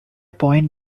point